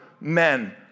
men